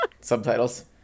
subtitles